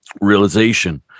realization